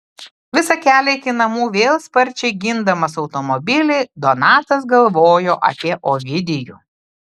visą kelią iki namų vėl sparčiai gindamas automobilį donatas galvojo apie ovidijų